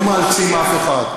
לא מאלצים אף אחד.